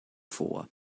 vor